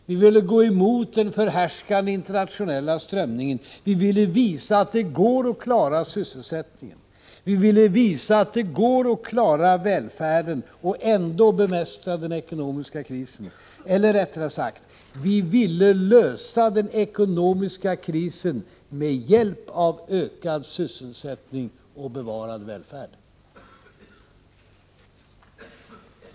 Vi ville gå emot den förhärskande internationella strömningen. Vi ville visa att det går att klara sysselsättningen. Vi ville visa att det går att klara välfärden och ändå bemästra den ekonomiska krisen. Eller, rättare sagt: Vi ville lösa den ekonomiska krisen med hjälp av ökad sysselsättning och bevarad välfärd.